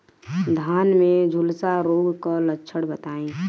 धान में झुलसा रोग क लक्षण बताई?